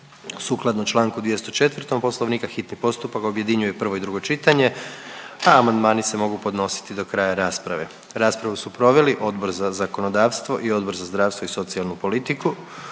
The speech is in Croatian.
Sukladno čl. 204. Poslovnika hitni postupak objedinjuje prvo i drugo čitanje, a amandmani se mogu podnositi do kraja rasprave. Raspravu su proveli Odbor za zakonodavstvo i Odbor za zdravstvo i socijalnu politiku,